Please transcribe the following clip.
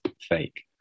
fake